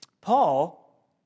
Paul